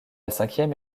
cinquième